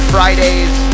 Fridays